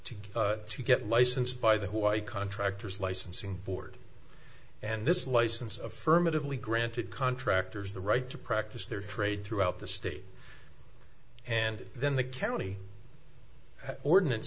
get to get licensed by the contractors licensing board and this license affirmatively granted contractors the right to practice their trade throughout the state and then the county ordinance